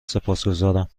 سپاسگذارم